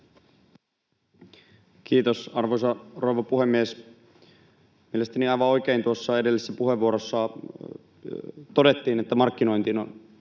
Kiitos, arvoisa rouva puhemies! Mielestäni aivan oikein tuossa edellisessä puheenvuorossa todettiin, että markkinointiin on